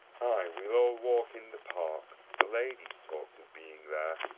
ay, we'll all walk in the park the ladies talked of being there.